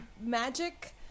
magic